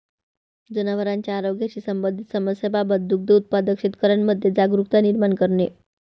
जनावरांच्या आरोग्याशी संबंधित समस्यांबाबत दुग्ध उत्पादक शेतकऱ्यांमध्ये जागरुकता निर्माण करणे